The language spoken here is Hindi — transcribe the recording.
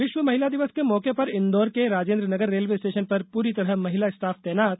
विश्व महिला दिवस के मौके पर इंदौर के राजेन्द्रनगर रेलवे स्टेशन पर पूरी तरह महिला स्टाफ तैनात